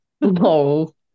No